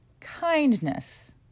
kindness